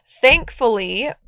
Thankfully